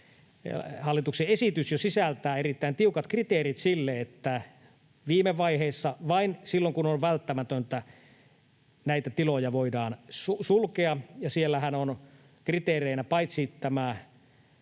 hallituksen esitys jo sisältää erittäin tiukat kriteerit sille, että viime vaiheessa vain silloin, kun on välttämätöntä, näitä tiloja voidaan sulkea. Siellähän on kriteereinä paitsi tämä